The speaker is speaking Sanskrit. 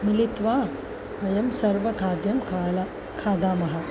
मिलित्वा वयं सर्वं खाद्यं खादामः खादामः